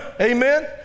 Amen